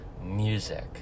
music